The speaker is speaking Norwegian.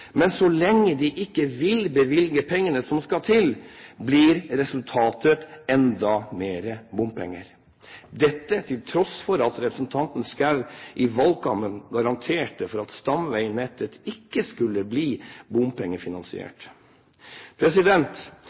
men så lenge de ikke vil bevilge pengene som skal til, blir resultatet enda mer bompenger – dette til tross for at representanten Schou i valgkampen garanterte for at stamveinettet ikke skulle bli bompengefinansiert.